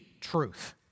truth